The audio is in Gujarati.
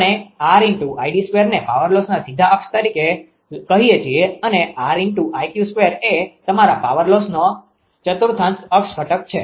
આપણે 𝑅𝐼𝑑2 ને પાવર લોસના સીધા અક્ષ ઘટક તરીકે કહીએ છીએ અને એ તમારા પાવર લોસનો ચતુર્થાંશ અક્ષ ઘટક છે